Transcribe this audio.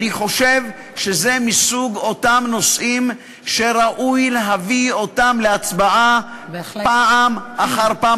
אני חושב שזה מסוג הנושאים שראוי להביא אותם להצבעה פעם אחר פעם.